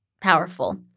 powerful